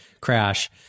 crash